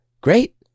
great